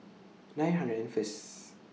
nine hundred and First